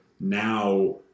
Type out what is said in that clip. now